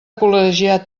col·legiat